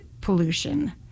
pollution